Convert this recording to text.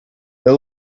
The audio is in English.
the